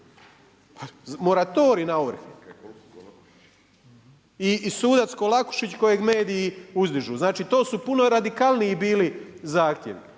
moratorij na ovrhe i sudac Kolakušić kojeg mediji uzdižu. Znači to su puno radikalniji bili zahtjevi.